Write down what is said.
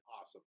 awesome